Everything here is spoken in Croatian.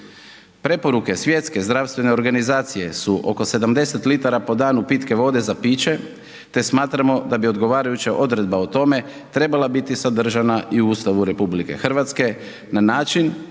Preporuke Svjetske zdravstvene organizacije su oko 70 litara po danu pitke vode za piće, te smatramo da bi odgovarajuća odredba o tome trebala biti sadržana i u Ustavu RH na način